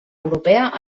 europea